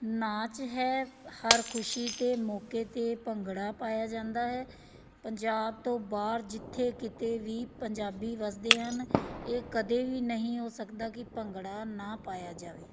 ਨਾਚ ਹੈ ਹਰ ਖੁਸ਼ੀ 'ਤੇ ਮੌਕੇ 'ਤੇ ਭੰਗੜਾ ਪਾਇਆ ਜਾਂਦਾ ਹੈ ਪੰਜਾਬ ਤੋਂ ਬਾਹਰ ਜਿੱਥੇ ਕਿਤੇ ਵੀ ਪੰਜਾਬੀ ਵੱਸਦੇ ਹਨ ਇਹ ਕਦੇ ਵੀ ਨਹੀਂ ਹੋ ਸਕਦਾ ਕਿ ਭੰਗੜਾ ਨਾ ਪਾਇਆ ਜਾਵੇ